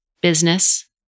business